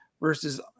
versus